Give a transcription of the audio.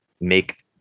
make